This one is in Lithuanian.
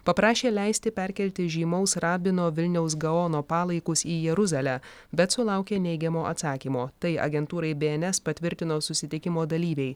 paprašė leisti perkelti žymaus rabino vilniaus gaono palaikus į jeruzalę bet sulaukė neigiamo atsakymo tai agentūrai bns patvirtino susitikimo dalyviai